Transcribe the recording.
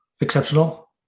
exceptional